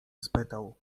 spytał